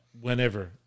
whenever